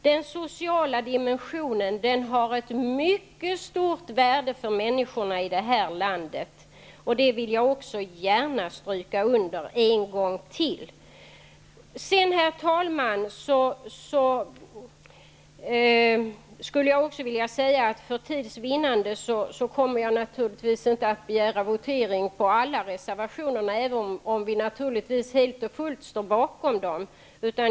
Den sociala dimensionen har ett mycket stort värde för människorna i det här landet. Jag vill gärna stryka under även detta en gång till. Herr talman! För tids vinnande kommer jag naturligtvis inte att begära votering på alla våra reservationer, även om vi givetvis helt och fullt står bakom dem.